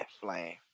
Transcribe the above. flame